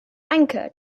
anchor